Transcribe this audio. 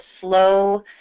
slow